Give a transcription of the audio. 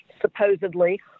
supposedly